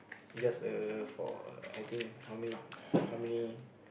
just uh for I think how many how many